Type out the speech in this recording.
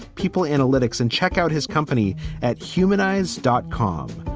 people analytics and check out his company at humanised dot com.